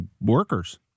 workers